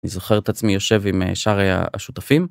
אני זוכר את עצמי יושב עם שאר השותפים.